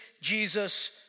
Jesus